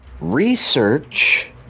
research